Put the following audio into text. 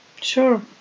Sure